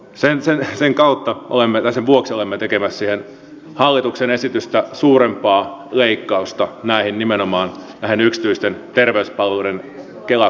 sen säännösten kautta olemme kai sen vuoksi olemme tekemässä hallituksen esitystä suurempaa leikkausta nimenomaan näihin yksityisten terveyspalveluiden kela korvauksiin